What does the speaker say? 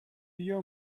بیا